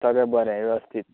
सगळें बरें वेवस्थीत